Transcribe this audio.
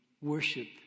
worship